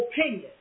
opinion